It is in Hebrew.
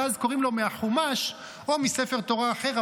ואז קוראים לו מהחומש או מספר תורה אחר,